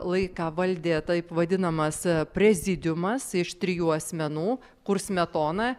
laiką valdė taip vadinamas prezidiumas iš trijų asmenų kur smetona